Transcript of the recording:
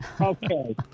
Okay